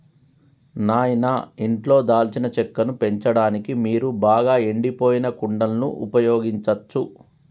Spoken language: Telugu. నాయిన ఇంట్లో దాల్చిన చెక్కను పెంచడానికి మీరు బాగా ఎండిపోయిన కుండలను ఉపయోగించచ్చు